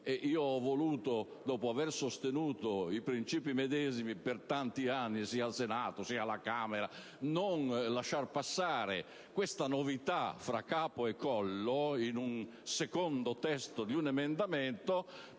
io ho voluto, dopo aver sostenuto i principi medesimi per tanti anni, sia al Senato sia alla Camera, non lasciar passare questa novità fra capo e collo in un secondo testo di un emendamento,